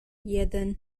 jeden